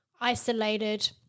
isolated